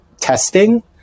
testing